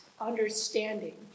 understanding